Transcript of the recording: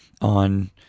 on—